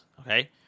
Okay